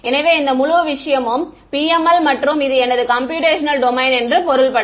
எனவே இந்த முழு விஷயமும் PML மற்றும் இது எனது கம்பியூட்டேஷனல் டொமைன் என்று பொருள்படும்